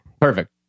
Perfect